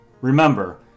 Remember